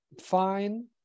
fine